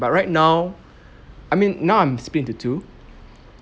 but right now I mean now I'm split into two